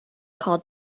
called